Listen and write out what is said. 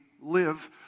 live